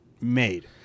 Made